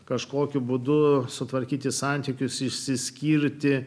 kažkokiu būdu sutvarkyti santykius išsiskirti